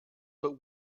but